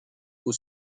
aux